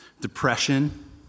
depression